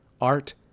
Art